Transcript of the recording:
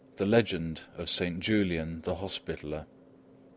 the legend of saint julian the hospitaller,